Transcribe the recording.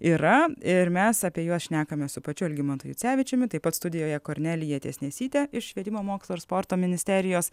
yra ir mes apie juos šnekame su pačiu algimantu jucevičiumi taip pat studijoje kornelija tiesnesytė iš švietimo mokslo ir sporto ministerijos